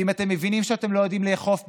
ואם אתם מבינים שאתם לא יודעים לאכוף בידוד,